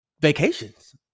vacations